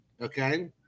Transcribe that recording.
Okay